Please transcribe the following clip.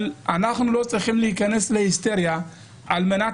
אבל אנחנו לא צריכים להיכנס להיסטריה על מנת